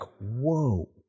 whoa